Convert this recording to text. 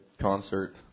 concert